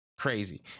crazy